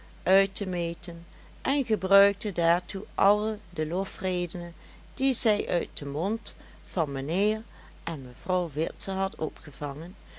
uit te meten en gebruikte daartoe alle de lofredenen die zij uit den mond van mijnheer en mevrouw witse had opgevangen